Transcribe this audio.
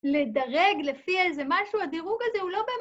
לדרג לפי איזה משהו, הדירוג הזה הוא לא באמת...